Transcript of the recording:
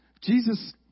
Jesus